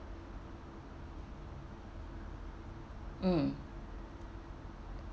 mm